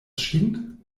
ŝin